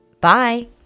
Bye